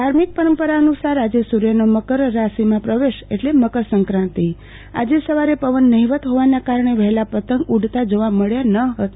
ધાર્મિક પરંપરા અનુ સારઆજે સુર્યનો મકર રાશિમાં પ્રવેશ એટલે મકરસંક્રાતિ આજે સવારે પવન નહીવત હોવાના કારણે વહેલા પતંગ ઉડતા જોવા મળ્યા ન હતા